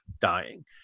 dying